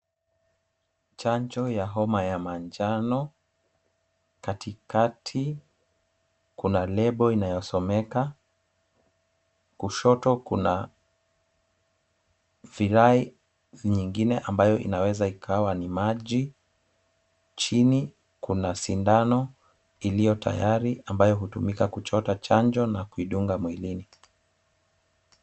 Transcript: Chanjo ya homa ya majano. Katikati kuna label inayosomeka. Kushoto kuna virai nyingine ambayo inaweza ikawa ni maji. Chini kuna sindano iliyo tayari ambayo hutumika kuchota chanjo na kuidunga mwilini.